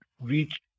reach